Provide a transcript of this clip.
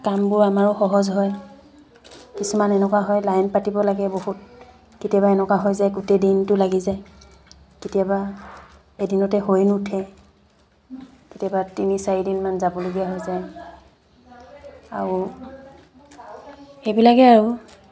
কামবোৰ আমাৰো সহজ হয় কিছুমান এনেকুৱা হয় লাইন পাতিব লাগে বহুত কেতিয়াবা এনেকুৱা হৈ যায় গোটেই দিনটো লাগি যায় কেতিয়াবা এদিনতে হৈ নুঠে কেতিয়াবা তিনি চাৰিদিনমান যাবলগীয়া হৈ যায় আৰু সেইবিলাকে আৰু